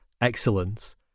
excellence